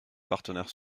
partenaires